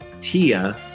Tia